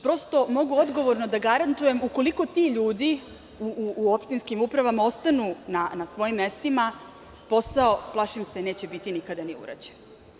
Prosto, mogu odgovorno da garantujem, ukoliko ti ljudi u opštinskim upravama ostanu na svojim mestima, plašim se da posao neće biti nikada ni urađen.